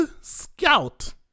scout